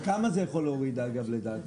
בכמה זה יכול להוריד, לדעתך?